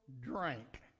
drink